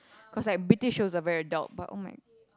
cause like British was a very adult but all my